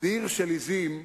דיר של עזים,